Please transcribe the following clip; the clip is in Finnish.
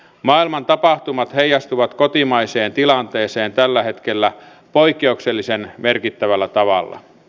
maailman tapahtumat heijastuvat kotimaiseen tilanteeseen tällä hetkellä poikkeuksellisen merkittävällä tavalla